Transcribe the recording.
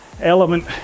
element